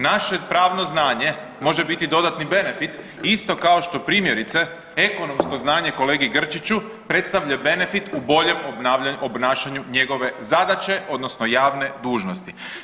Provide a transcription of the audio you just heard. Naše pravno znanje može biti dodatni benefit isto kao što primjerice ekonomsko znanje kolegi Grčiću predstavlja benefit u boljem obnašanju njegove zadaće odnosno javne dužnosti.